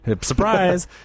surprise